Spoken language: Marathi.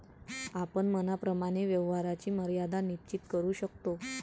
आपण मनाप्रमाणे व्यवहाराची मर्यादा निश्चित करू शकतो